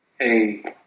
Hey